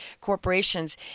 corporations